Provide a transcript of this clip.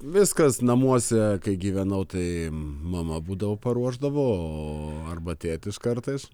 viskas namuose kai gyvenau tai mama būdavo paruošdavo o arba tėtis kartais